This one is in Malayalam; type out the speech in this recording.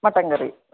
മട്ടൻ കറി